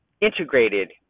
integrated